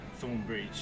Thornbridge